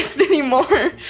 anymore